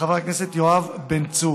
וחבר הכנסת יואב בן צור.